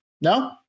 No